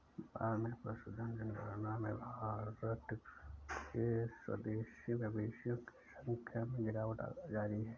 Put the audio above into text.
भारत में पशुधन जनगणना में भारत के स्वदेशी मवेशियों की संख्या में गिरावट जारी है